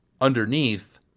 underneath